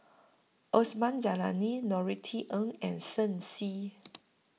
Osman Zailani Norothy Ng and Shen Xi